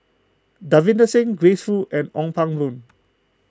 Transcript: Davinder Singh Grace Fu and Ong Pang Boon